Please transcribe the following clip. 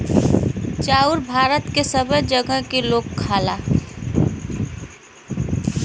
चाउर भारत के सबै जगह क लोग खाला